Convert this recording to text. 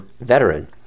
veteran